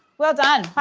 well done,